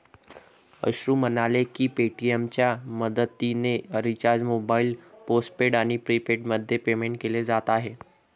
अश्रू म्हणाले की पेटीएमच्या मदतीने रिचार्ज मोबाईल पोस्टपेड आणि प्रीपेडमध्ये पेमेंट केले जात आहे